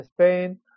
Spain